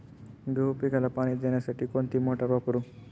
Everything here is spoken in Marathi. गहू पिकाला पाणी देण्यासाठी कोणती मोटार वापरू?